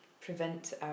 prevent